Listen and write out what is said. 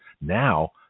now